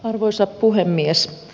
arvoisa puhemies